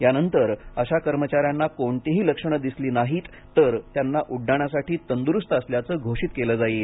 यानंतर अशा कर्मचाऱ्यांना कोणतीही लक्षणं दिसली नाहीत तर त्यांना उड्डाणासाठी तंदुरुस्त असल्याचं घोषित केलं जाईल